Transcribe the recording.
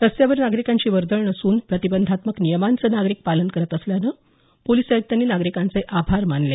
रस्त्यावर नागरीकांची वर्दळ नसून प्रतिबंधात्मक नियमांचं नागरिक पालन करत असल्यानं पोलिस आयुक्तांनी नागरिकांचे आभार मानले